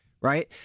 right